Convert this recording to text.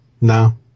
No